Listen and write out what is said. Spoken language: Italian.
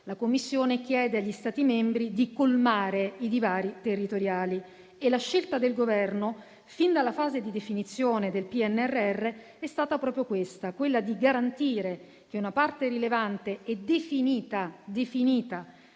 La Commissione chiede agli Stati membri di colmare i divari territoriali e la scelta del Governo, fin dalla fase di definizione del PNRR, è stata proprio quella di garantire che una parte rilevante e definita